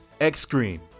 X-Screen